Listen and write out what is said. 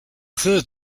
third